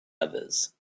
others